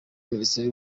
minisiteri